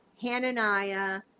Hananiah